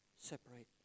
separate